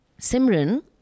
Simran